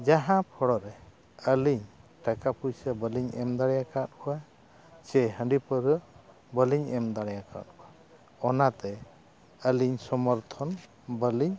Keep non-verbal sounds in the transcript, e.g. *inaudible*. ᱡᱟᱦᱟᱸ *unintelligible* ᱨᱮ ᱟᱹᱞᱤᱧ ᱴᱟᱠᱟ ᱯᱩᱭᱥᱟᱹ ᱵᱟᱞᱤᱧ ᱮᱢ ᱫᱟᱲᱮ ᱟᱠᱟᱫ ᱠᱚᱣᱟ ᱥᱮ ᱦᱟᱺᱰᱤ ᱯᱟᱹᱨᱣᱨᱟᱹ ᱵᱟᱹᱞᱤᱧ ᱮᱢ ᱫᱟᱲᱮ ᱟᱠᱟᱫ ᱠᱚᱣᱟ ᱚᱱᱟᱛᱮ ᱟᱹᱞᱤᱧ ᱥᱚᱢᱚᱨᱛᱷᱚᱱ ᱵᱟᱹᱞᱤᱧ